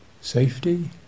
safety